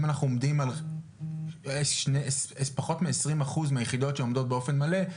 אם אנחנו עומדים על פחות מעשרים אחוז מהיחידות שעומדות באופן מלא,